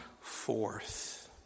forth